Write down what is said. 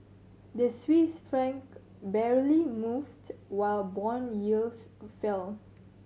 the Swiss franc barely moved while bond yields fell